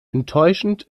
enttäuschend